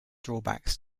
drawbacks